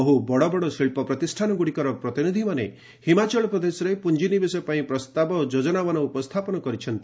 ବହୁ ବଡ଼ ବଡ଼ ଶିଳ୍ପ ପ୍ରତିଷ୍ଠାନଗୁଡ଼ିକର ପ୍ରତିନିଧିମାନେ ହିମାଚଳ ପ୍ରଦେଶରେ ପୁଞ୍ଜିନିବେଶ ପାଇଁ ପ୍ରସ୍ତାବ ଓ ଯୋଜନାମାନ ଉପସ୍ଥାପନ କରିଛନ୍ତି